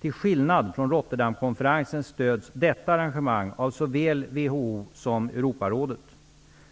Till skillnad från Rotterdamkonferensen stöds detta arrangemang av såväl WHO som Europarådet.